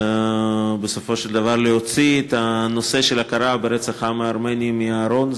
בסופו של דבר להוציא את הנושא של הכרה ברצח העם הארמני מהארון.